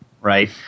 right